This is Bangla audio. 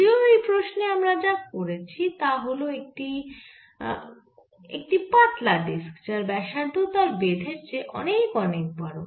যদিও এই প্রশ্নে আমরা যা করেছি তা হল এটি একটি পাতলা ডিস্ক যার ব্যাসার্ধ তার বেধের চেয়ে অনেক অনেক বড়